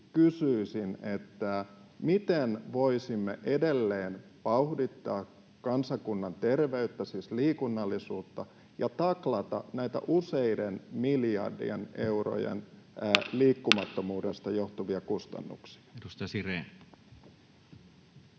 miten voisimme edelleen vauhdittaa kansakunnan terveyttä, siis liikunnallisuutta, ja taklata näitä useiden miljardien eurojen liikkumattomuudesta johtuvia kustannuksia? [Speech